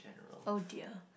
oh dear